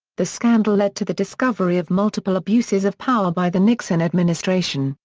the scandal led to the discovery of multiple abuses of power by the nixon administration,